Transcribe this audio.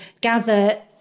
gather